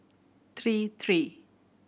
three three